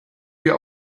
wir